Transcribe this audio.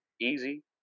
Easy